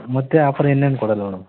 ಮತ್ತೆ ಆಫರ್ ಇನ್ನೇನು ಕೊಡೋದು ಮೇಡಮ್